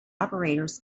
operators